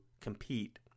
compete